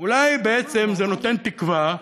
אולי בעצם זה נותן תקווה,